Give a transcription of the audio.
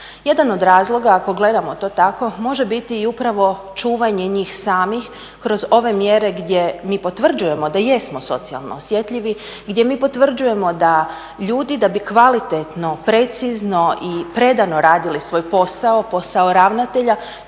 Jedan od razloga ako gledamo to tako može biti i upravo čuvanje njih samih kroz ove mjere gdje mi potvrđujemo da jesmo socijalno osjetljivi, gdje mi potvrđujemo da ljudi da bi kvalitetno, precizno i predano radili svoj posao, posao ravnatelja